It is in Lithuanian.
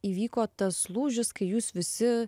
įvyko tas lūžis kai jūs visi